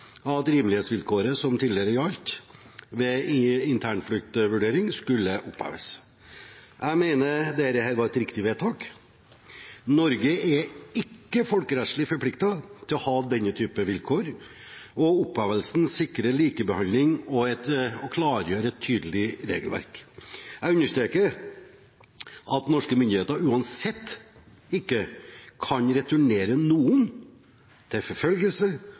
at rimelighetsvilkåret som tidligere gjaldt ved internfluktvurdering, skulle oppheves. Jeg mener dette var et riktig vedtak. Norge er ikke folkerettslig forpliktet til å ha denne typen vilkår, og opphevelsen sikrer likebehandling og klargjør et tydelig regelverk. Jeg understreker at norske myndigheter uansett ikke kan returnere noen til forfølgelse,